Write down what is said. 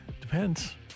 Depends